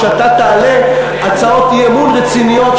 כשאתה תעלה הצעות אי-אמון רציניות,